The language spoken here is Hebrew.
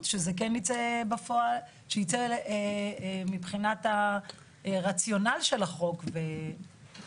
שזה כן ייצא מבחינת הרציונל של החוק בפועל.